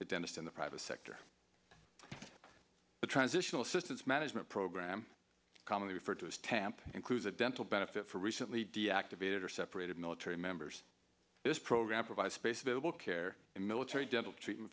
a dentist in the private sector a transitional assistance management program commonly referred to as tampa includes a dental benefit for recently deactivated or separated military members this program provides space available care and military dental treatment